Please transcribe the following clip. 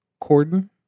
Corden